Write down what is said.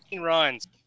runs